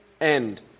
end